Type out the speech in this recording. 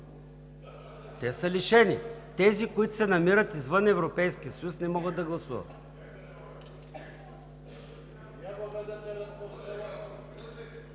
Те са лишени. Тези, които се намират извън Европейския съюз, не могат да гласуват!